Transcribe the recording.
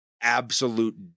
absolute